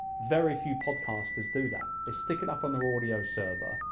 very few podcasters do that. they stick it up on their ah audio server,